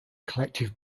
collective